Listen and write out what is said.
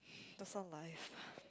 that's the life